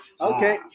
Okay